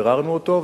ביררנו אותו,